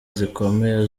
zikomeye